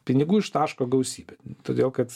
pinigų ištaško gausybę todėl kad